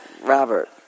Robert